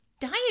diet